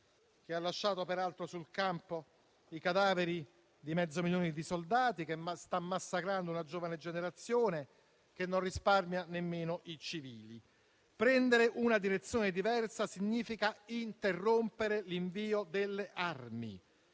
che ha lasciato peraltro sul campo i cadaveri di mezzo milione di soldati, che sta massacrando una giovane generazione, che non risparmia nemmeno i civili. Prendere una direzione diversa significa interrompere l'invio delle armi,